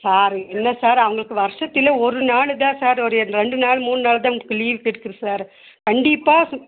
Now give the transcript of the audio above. sir என்ன sir அவங்களுக்கு வருஷத்தில் ஒரு நாள் தான் சார் ஒரு ரெண்டு நாள் மூணு நாள் தான் லீவு கிடைக்குது சார் கண்டிப்பாக